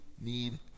need